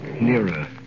Nearer